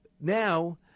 now